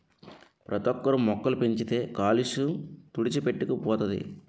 ప్రతోక్కరు మొక్కలు పెంచితే కాలుష్య తుడిచిపెట్టుకు పోతది